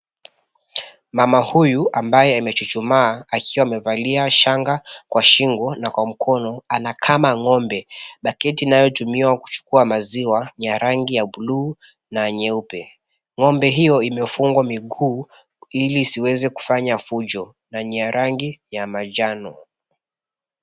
Mama huyu ambaye amechuchumaa akiwa amevalia shanga kwa shingo na kwa mkono anakama ng'ombe baketi inayotumiwa kuchukua maziwa ni ya rangi ya buluu na nyeupe. Ng'ombe hiyo imefungwa miguu ili isiweze kufanya fujo na ni ya rangi ya majano.